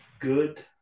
good